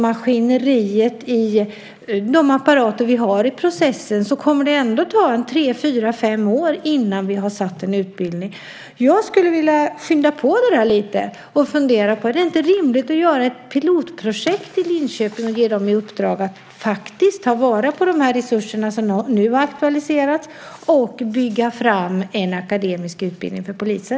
Med de apparater som vi har i processen kommer det att ta tre, fyra eller fem år innan vi har inrättat en utbildning. Jag skulle vilja skynda på detta lite. Vore det inte rimligt att göra ett pilotprojekt i Linköping, ge dem i uppdrag att ta vara på de resurser som nu aktualiserats och bygga upp en akademisk utbildning för poliser?